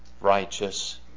righteous